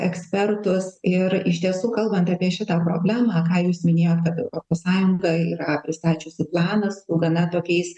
ekspertus ir iš tiesų kalbant apie šitą problemą ką jūs minėjot kad europos sąjunga yra sustačiusi planą su gana tokiais